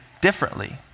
differently